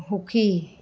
সুখী